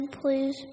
please